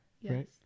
Yes